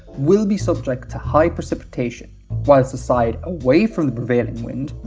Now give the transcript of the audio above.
will be subject to high precipitation whilst the side away from the prevailing wind,